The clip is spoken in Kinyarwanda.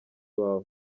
wawe